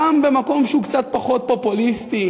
גם ממקום שהוא קצת פחות פופוליסטי,